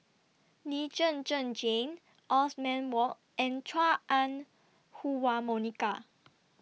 Lee Zhen Zhen Jane Othman Wok and Chua Ah Huwa Monica